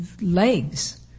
legs